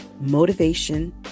motivation